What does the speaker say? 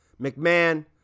McMahon